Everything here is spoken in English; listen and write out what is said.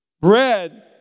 bread